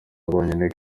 bonyine